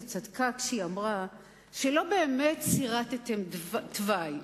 צדקה כשהיא אמרה שלא באמת סרטטת תוואי,